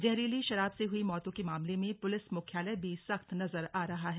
जहरीली शराब से हुई मौतों के मामलें में पुलिस मुख्यालय भी सख्त नजर आ रहा है